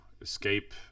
escape